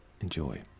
Enjoy